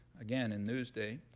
again in newsday.